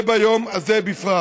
וביום הזה בפרט.